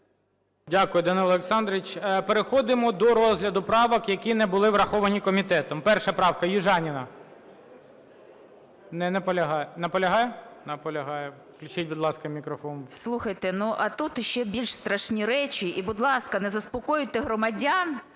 Дякую Данило Олександрович. Переходимо до розгляду правок, які не були враховані комітетом. Перша правка, Южаніна. Не наполягає. Наполягає? Включіть, будь ласка, мікрофон. 15:59:25 ЮЖАНІНА Н.П. Слухайте, а тут ще більш страшні речі, і, будь ласка, не заспокоюйте громадян,